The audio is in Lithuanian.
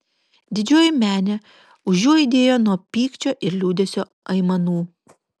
didžioji menė už jų aidėjo nuo pykčio ir liūdesio aimanų